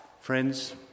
Friends